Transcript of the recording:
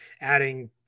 adding